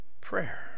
prayer